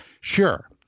Sure